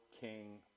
king